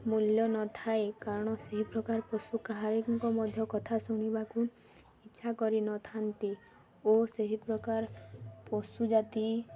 ମୂଲ୍ୟ ନଥାଏ କାରଣ ସେହି ପ୍ରକାର ପଶୁ କାହାରିଙ୍କ ମଧ୍ୟ କଥା ଶୁଣିବାକୁ ଇଚ୍ଛା କରିନଥାନ୍ତି ଓ ସେହି ପ୍ରକାର ପଶୁ ଜାତି